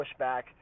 pushback